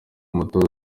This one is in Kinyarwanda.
umutoza